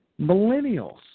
millennials